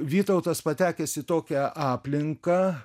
vytautas patekęs į tokią aplinką